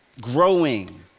growing